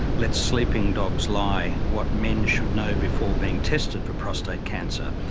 let sleeping dogs lie what men should know before being tested for prostate cancer.